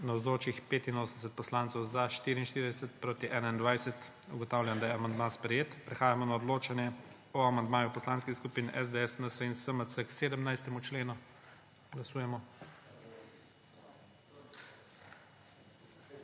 25. (Za je glasovalo 44.) (Proti 25.) Ugotavljam, da je amandma sprejet. Prehajamo na odločanje o amandmaju Poslanskih skupin SDS, NSi in SMC k 65. členu. Glasujemo.